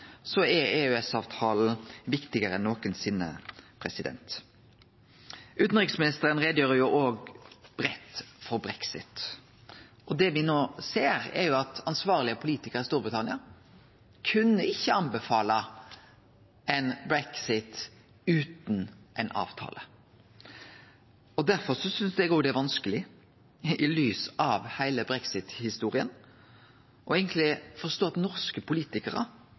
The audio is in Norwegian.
er EØS-avtalen viktigare enn nokosinne. Utanriksministeren gjorde breitt greie for brexit. Det me no ser, er at ansvarlege politikarar i Storbritannia ikkje kunne anbefale ein brexit utan ein avtale. Derfor synest eg det er vanskeleg i lys av heile brexit-historia å forstå at norske politikarar